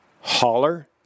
Holler